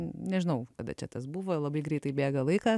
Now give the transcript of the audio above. nežinau kada čia tas buvo labai greitai bėga laikas